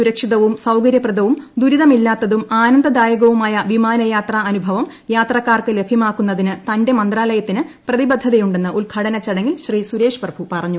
സുരക്ഷിതവും സൌകര്യപ്രദവും ദുരിതമില്ലാത്തതും ആനന്ദദായകവുമായ വിമാനയാത്രാ അനുഭവം യാത്രക്കാർക്ക് ലഭ്യമാക്കുന്നതിന് തന്റെ മന്ത്രാലയത്തിന് പ്രതിബദ്ധതയുണ്ടെന്ന് ഉദ്ഘാടനച്ചടങ്ങിൽ ശ്രീ സുരേഷ്പ്രഭു പറഞ്ഞു